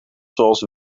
zoals